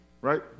Right